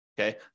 okay